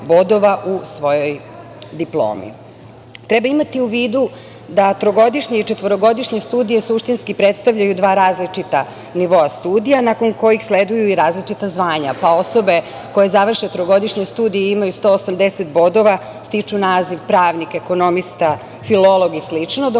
u svojoj diplomi. Treba imati u vidu da trogodišnje i četvorogodišnje studije suštinski predstavljaju dva različita nivoa studija, nakon kojih sleduju i različita zvanja, pa osobe koje završe trogodišnje studije imaju 180 bodova stiču naziv pravnik, ekonomista, filolog i